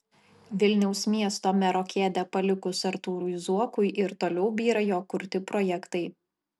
vilniaus miesto mero kėdę palikus artūrui zuokui ir toliau byra jo kurti projektai